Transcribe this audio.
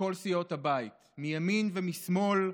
מכל סיעות הבית, מימין ומשמאל.